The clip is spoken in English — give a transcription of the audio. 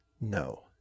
no